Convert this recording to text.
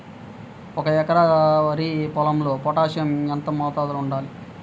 ఒక ఎకరా వరి పొలంలో పోటాషియం ఎంత మోతాదులో వాడాలి?